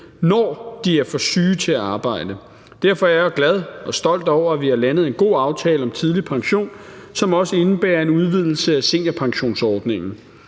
når de er for syge til at arbejde. Derfor er jeg jo glad og stolt over, at vi har landet en god aftale om tidlig pension, som også indebærer en udvidelse af seniorpensionsordningen.